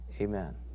amen